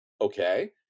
Okay